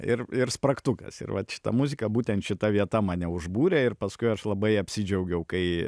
ir ir spragtukas ir vat šita muzika būtent šita vieta mane užbūrė ir paskui aš labai apsidžiaugiau kai